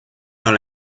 dans